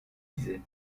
disait